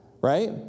right